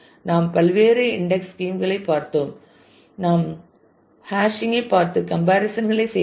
நாம் பல்வேறு index scheme களைப் பார்த்தோம் நாம் ஹேஷிங்கைப் பார்த்து கம்பாரிசன் களை செய்துள்ளோம்